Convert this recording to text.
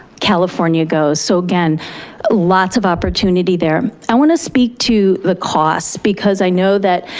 california goes, so again lots of opportunity there. i want to speak to the cost because i know that,